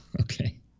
okay